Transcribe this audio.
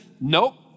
nope